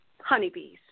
honeybees